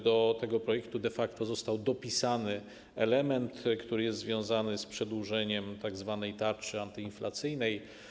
Do tego projektu de facto został dopisany element, który jest związany z przedłużeniem tzw. tarczy antyinflacyjnej.